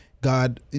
God